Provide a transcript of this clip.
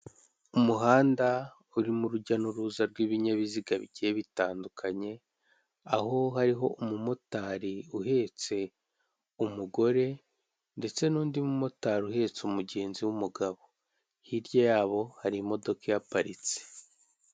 Umuhanda urimo urujya n'uruza rw'ibinyabiziga bigiye bitandukanye, aho hariho umumotari uhetse umugore, ndetse n'undi mumotari uhetse umugenzi w'umugabo. Hirya yaho hari imodoka ihaparitse.